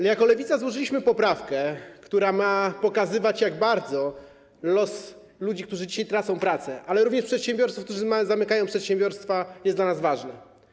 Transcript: My jako Lewica złożyliśmy poprawkę, która ma pokazywać, jak bardzo los ludzi, którzy dzisiaj tracą pracę, ale również przedsiębiorców, którzy zamykają przedsiębiorstwa, jest dla nas ważny.